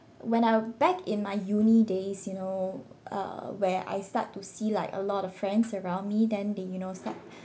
when I'm back in my uni days you know uh where I start to see like a lot of friends around me then they you know start